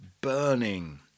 burning